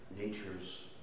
natures